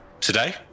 Today